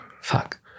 Fuck